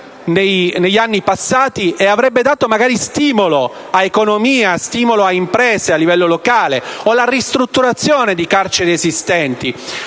negli anni passati e avrebbe dato magari stimolo all'economia e alle imprese a livello locale), dalla ristrutturazione di quelle esistenti: